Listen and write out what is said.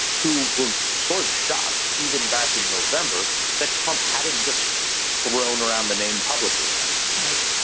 who were sort of shocked even back in november that trump hadn't just thrown around the name publicly yet right.